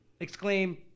exclaim